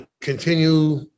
continue